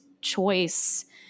choice